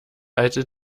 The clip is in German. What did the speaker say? alte